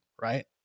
Right